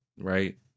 right